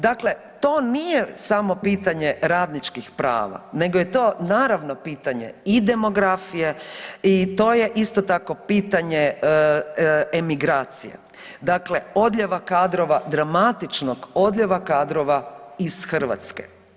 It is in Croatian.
Dakle, to nije samo pitanje radničkih prava nego je to naravno pitanje i demografije i to je isto tako pitanje emigracije, dakle odlijeva kadrova dramatičnog odlijeva kadrova iz Hrvatske.